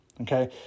okay